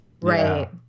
Right